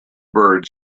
bird